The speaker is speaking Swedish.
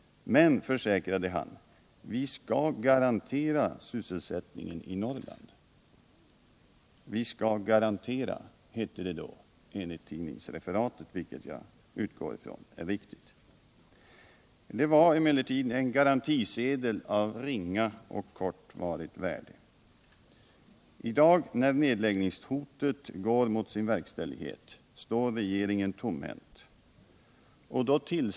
Men, försäkrade han, vi skall garantera sysselsättning i Norrland. ”Vi skall garantera”, hette det enligt tidningsreferatet, och jag utgår ifrån att detta stämmer med vad Nils Åsling sade. Men uttalandet innebar en garantisedel av ringa och kortvarigt värde. I dag, när nedläggningshotet går mot sin verkställighet, står regeringen tomhänt.